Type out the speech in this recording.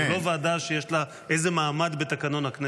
זאת לא ועדה שיש לה איזה מעמד בתקנון הכנסת.